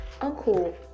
uncle